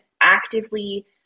actively